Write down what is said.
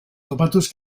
topatuz